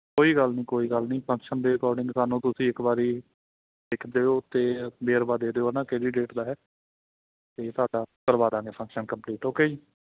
ਕੋਈ ਗੱਲ ਨਹੀਂ ਕੋਈ ਗੱਲ ਨਹੀਂ ਫੰਕਸ਼ਨ ਦੇ ਅਕੋਰਡਿੰਗ ਸਾਨੂੰ ਤੁਸੀਂ ਇੱਕ ਵਾਰੀ ਲਿਖ ਦਿਓ ਅਤੇ ਵੇਰਵਾ ਦੇ ਦਿਓ ਨਾ ਕਿਹੜੀ ਡੇਟ ਦਾ ਹੈ ਤਾਂ ਤੁਹਾਡਾ ਕਰਵਾ ਦੇਵਾਂਗੇ ਫੰਕਸ਼ਨ ਕੰਪਲੀਟ ਓਕੇ ਜੀ